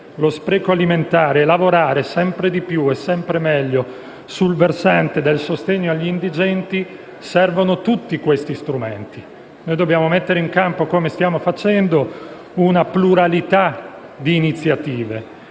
lo spreco alimentare e lavorare sempre più e meglio sul versante del sostegno agli indigenti, servono tutti questi strumenti. Dobbiamo mettere in campo, come stiamo facendo, una pluralità di iniziative